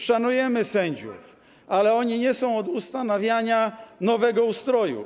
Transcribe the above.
Szanujemy sędziów, ale oni nie są od ustanawiania nowego ustroju.